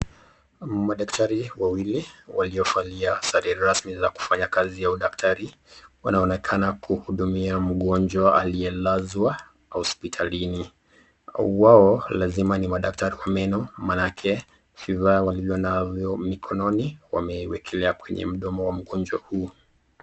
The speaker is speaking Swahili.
Madaktari wawili waliovalia sare rasmi za kufanya kazi ya udaktari wanaonekana kuhudumia mgonjwa aliyelazwa hospitalini. Wao lazima ni madaktari wa meno manake vifaa walivyonavyo mkononi wamewekelea kwenye mdomo wa mgonjwa huo.